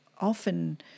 often